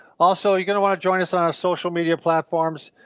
also, you're gonna wanna join us on our social media platforms,